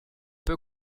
peu